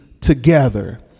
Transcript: together